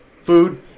food